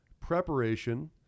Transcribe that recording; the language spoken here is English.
preparation